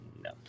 No